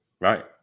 right